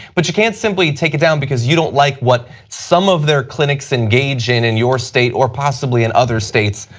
but you can't simply take it down because you don't like what some of their clinics engage in in your state or possibly and other states,